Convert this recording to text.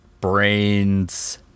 brains